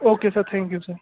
okay sir thank you sir